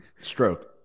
stroke